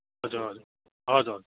हजुर हजुर हजुर